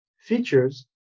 features